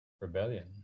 Rebellion